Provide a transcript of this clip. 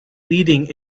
leading